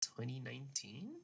2019